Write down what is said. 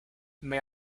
may